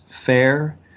fair